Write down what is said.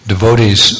Devotees